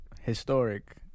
historic